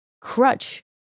crutch